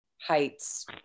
Heights